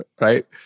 right